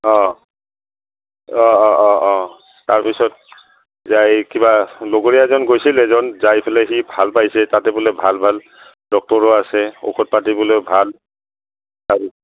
অঁ অঁ অঁ অঁ অঁ তাৰপিছত যাই কিবা লগৰীয়া এজন গৈছিল এজন যাই পেলাই সি ভাল পাইছে তাতে বোলে ভাল ভাল ডক্টৰো আছে ঔষধ পাতি বোলে ভাল